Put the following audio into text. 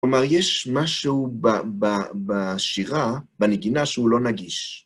כלומר, יש משהו בשירה, בנגינה, שהוא לא נגיש.